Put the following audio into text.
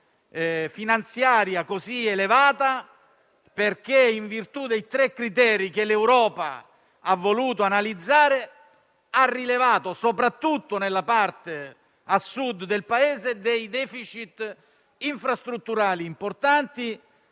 finanziaria così elevata perché, in virtù dei tre criteri che l'Europa ha voluto analizzare, ha rilevato, soprattutto nella parte a Sud del Paese, dei *deficit* infrastrutturali importanti,